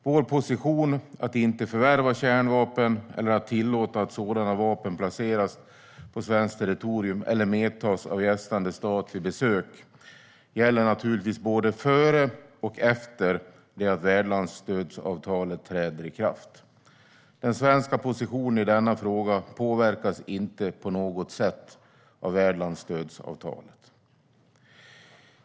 Vår position att inte förvärva kärnvapen eller att tillåta att sådana vapen placeras på svenskt territorium eller medtas av gästande stater vid besök gäller naturligtvis både före och efter det att värdlandsstödsavtalet träder i kraft. Den svenska positionen i denna fråga påverkas inte på något sätt av värdlandsstödsavtalet.